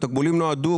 התגמולים נועדו,